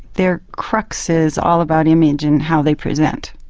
their crux is all about image and how they present.